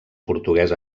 portuguès